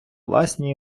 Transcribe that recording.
власні